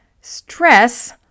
Stress